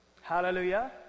Hallelujah